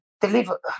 deliver